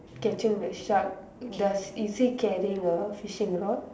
catching the shark does is he carrying a fishing rod